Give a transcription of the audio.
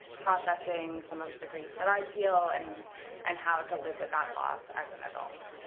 processing some of the grief that i feel and and how to live with that loss as an adult.